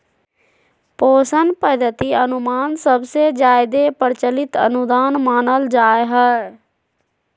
पोषण पद्धति अनुमान सबसे जादे प्रचलित अनुदान मानल जा हय